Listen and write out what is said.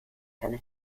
keine